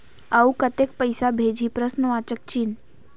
अउ कतेक पइसा भेजाही?